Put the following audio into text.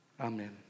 Amen